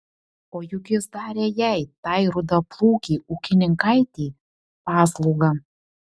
o juk jis darė jai tai rudaplaukei ūkininkaitei paslaugą